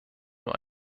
nur